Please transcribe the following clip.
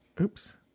Oops